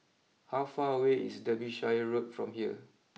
how far away is Derbyshire Road from here